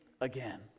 again